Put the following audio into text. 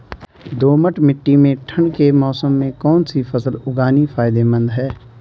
दोमट्ट मिट्टी में ठंड के मौसम में कौन सी फसल उगानी फायदेमंद है?